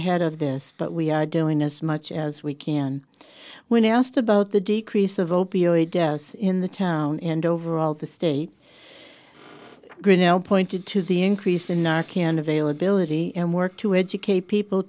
ahead of this but we are doing as much as we can when asked about the decrease of opioid deaths in the town and overall the state grinnell pointed to the increase in knocking on availability and work to educate people